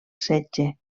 setge